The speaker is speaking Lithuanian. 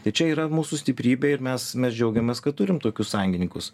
tai čia yra mūsų stiprybė ir mes mes džiaugiamės kad turim tokius sąjungininkus